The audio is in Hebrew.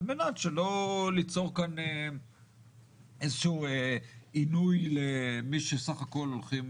על מנת שלא ליצור כאן איזשהו עינוי למי שסך הכול הולכים